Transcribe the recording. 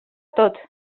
tot